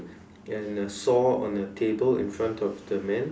and the saw on the table in front of the man